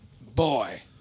Boy